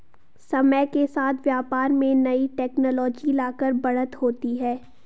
समय के साथ व्यापार में नई टेक्नोलॉजी लाकर बढ़त होती है